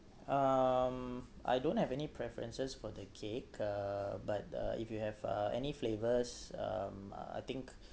um I don't have any preferences for the cake uh but uh if you have uh any flavours um I think